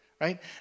right